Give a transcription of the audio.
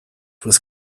with